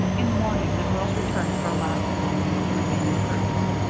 in the morning, the girls returned for a last look, and for the remaining curtains.